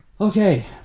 Okay